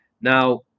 Now